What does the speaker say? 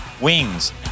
Wings